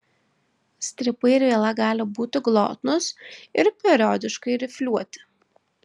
strypai ir viela gali būti glotnūs ir periodiškai rifliuoti